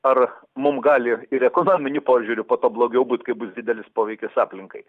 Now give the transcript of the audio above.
ar mum gali ir ekonominiu požiūriu po to blogiau būt kaip didelis poveikis aplinkai